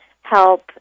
help